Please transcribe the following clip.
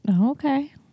Okay